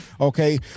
Okay